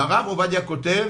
והרב עובדיה כותב